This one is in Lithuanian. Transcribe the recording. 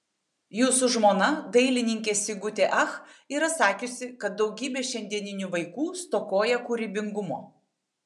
jūsų žmona dailininkė sigutė ach yra sakiusi kad daugybė šiandieninių vaikų stokoja kūrybingumo